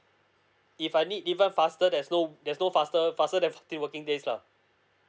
if I need even faster there's no there's no faster faster than fourteen working days lah